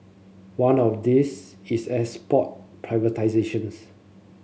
one of these is airs port privatisations